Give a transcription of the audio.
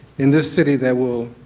in this city that will,